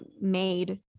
made